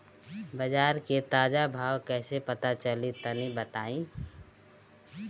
बाजार के ताजा भाव कैसे पता चली तनी बताई?